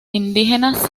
indígenas